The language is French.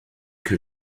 que